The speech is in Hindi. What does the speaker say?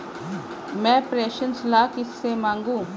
मैं प्रेषण सलाह कैसे मांगूं?